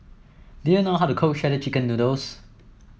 do you know how to cook Shredded Chicken Noodles